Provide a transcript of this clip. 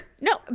No